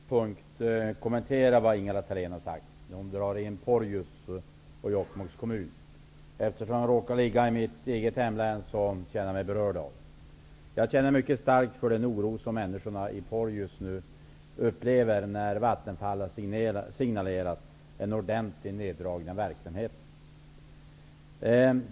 Fru talman! Jag vill på en punkt kommentera vad Ingela Thale n sade. Hon tog här upp Porjus och Jokkmokks kommun, som råkar ligga i mitt hemlän, och jag kände mig därför berörd. Jag känner mycket starkt för den oro som människorna i Porjus nu hyser när Vattenfall har signalerat en ordentlig neddragning av verksamheten.